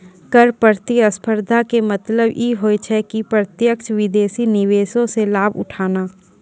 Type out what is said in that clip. कर प्रतिस्पर्धा के मतलब इ होय छै कि प्रत्यक्ष विदेशी निवेशो से लाभ उठाना